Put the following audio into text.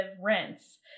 rents